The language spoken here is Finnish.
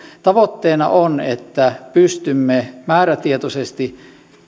tavoitteena on että pystymme määrätietoisesti